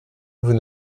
vous